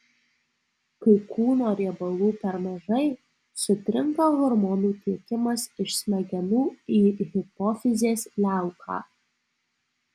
kai kūno riebalų per mažai sutrinka hormonų tiekimas iš smegenų į hipofizės liauką